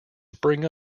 spring